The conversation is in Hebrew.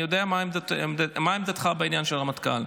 אני יודע מה עמדתך בעניין של הרמטכ"ל.